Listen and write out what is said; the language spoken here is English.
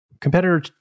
competitor